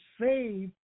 save